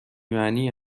معنی